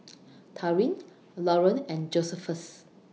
Taurean Lauren and Josephus